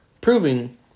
Proving